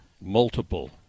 Multiple